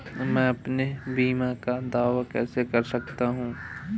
मैं अपने बीमा का दावा कैसे कर सकता हूँ?